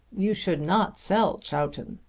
you should not sell chowton.